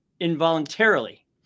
involuntarily